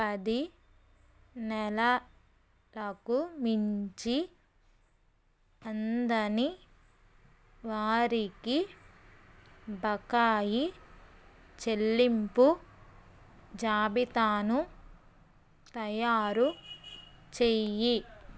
పది నెల లకు మించి అందని వారికి బకాయి చెల్లింపు జాబితాను తయారు చెయ్యి